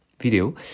video